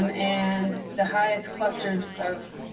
um and the highest clusters of